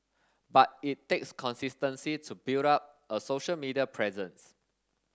but it takes consistency to build up a social media presence